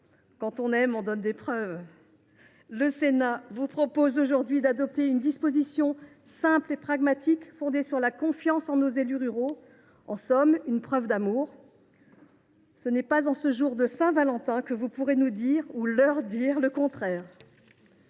Quand on aime, on en donne des preuves… Le Sénat vous propose aujourd’hui d’adopter une disposition simple et pragmatique fondée sur la confiance en nos élus ruraux. En somme : une preuve d’amour… Ce n’est pas en ce jour de Saint Valentin que vous pourrez nous dire… leur dire le contraire